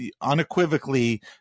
unequivocally